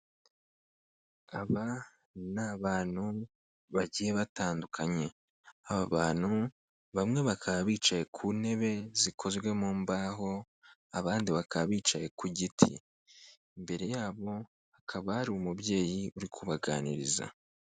Aba ni abantu bagiye batandukanye, aba bantu bamwe bakaba bicaye ku ntebe zikozwe mu mbaho, abandi bakaba bicaye ku giti. Imbere yabo hakaba hari umubyeyi uri kubaganiriza.